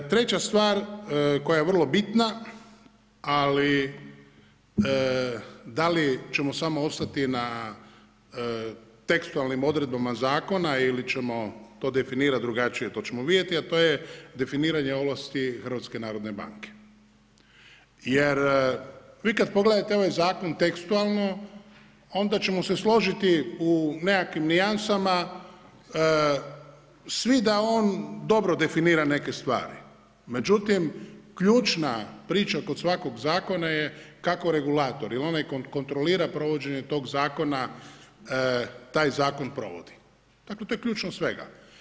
Treća stvar koja je vrlo bitna, ali da li ćemo samo ostati na tekstualnim odredbama zakona ili ćemo to definirati drugačije, to ćemo vidjeti, a to je definiranje ovlasti HNB-a jer vi kada pogledate ovaj zakon tekstualno onda ćemo se složiti u nekakvim nijansama svi da on dobro definira neke stvari, međutim ključna priča kod svakog zakona je kako regulator jel onaj tko kontrolira provođenje tog zakona taj zakon provodi, dakle to je ključno svega.